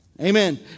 Amen